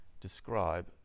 describe